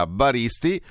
baristi